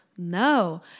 No